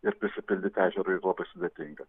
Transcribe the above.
ir prisipildyti ežerui labai sudėtinga